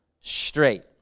straight